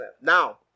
Now